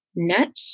net